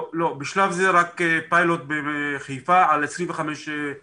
לא, בשלב זה רק פיילוט בחיפה על 25 משאיות.